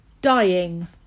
Dying